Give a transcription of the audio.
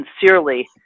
sincerely